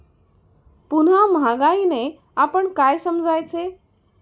पुन्हा महागाईने आपण काय समजायचे?